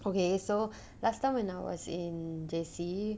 okay so last time when I was in J_C